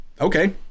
Okay